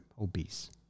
obese